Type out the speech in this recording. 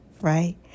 right